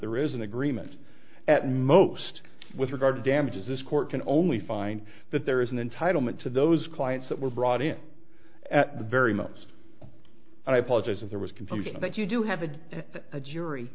there is an agreement at most with regard damages this court can only find that there is an entitlement to those clients that were brought in at the very most and i apologize if there was confusion that you do have that a jury